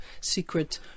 secret